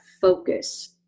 focus